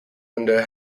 under